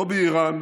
לא באיראן,